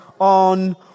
on